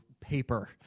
paper